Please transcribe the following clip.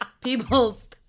People's